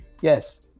yes